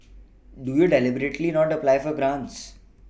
do you deliberately not apply for grants